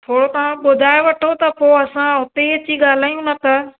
थोरो तव्हां ॿुधाइ वठो त पोइ असां हुते ई अची ॻाल्हायूं न त